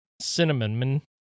Cinnamon